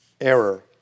error